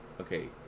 Okay